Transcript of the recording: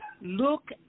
look